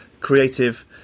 creative